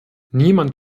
niemand